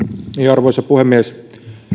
arvoisa puhemies